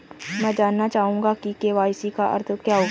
मैं जानना चाहूंगा कि के.वाई.सी का अर्थ क्या है?